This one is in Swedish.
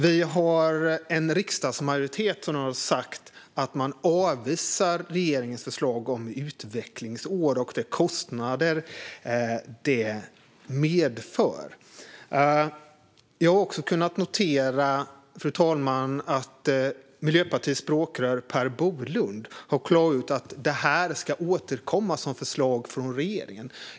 Vi har en riksdagsmajoritet som har sagt att man avvisar regeringens förslag om utvecklingsår och de kostnader som det medför. Fru talman! Jag har också kunnat notera att Miljöpartiets språkrör Per Bolund har klargjort att det här ska återkomma som förslag från regeringen.